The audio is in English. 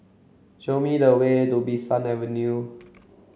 show me the way to Bee San Avenue